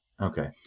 Okay